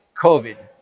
COVID